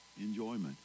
enjoyment